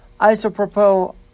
isopropyl